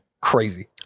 crazy